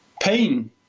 pain